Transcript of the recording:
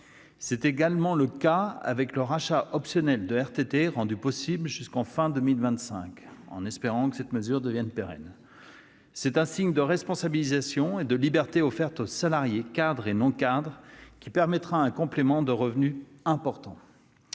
C'est également le cas avec le rachat optionnel de RTT, rendu possible jusqu'à la fin de 2025- en espérant que cette mesure devienne pérenne. C'est un signe de responsabilisation et de liberté offerte aux salariés, cadres et non-cadres, qui permettra un complément de revenu important.